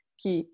que